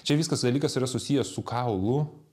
čia viskas dalykas yra susijęs su kaulu